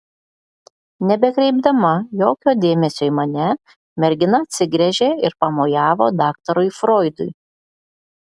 nebekreipdama jokio dėmesio į mane mergina atsigręžė ir pamojavo daktarui froidui